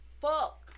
fuck